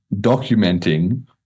documenting